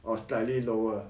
or slightly lower